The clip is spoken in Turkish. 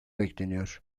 bekleniyor